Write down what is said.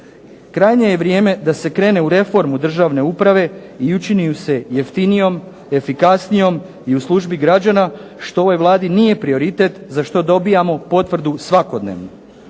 Krajnje je vrijeme da se krene u reformu državne uprave i učini ju se jeftinijom, efikasnijom i u službi građana što ovoj Vladi nije prioritet za što dobivamo potvrdu svakodnevnu.